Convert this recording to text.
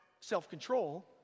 self-control